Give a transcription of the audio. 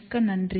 மிக்க நன்றி